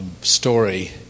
story